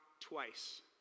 twice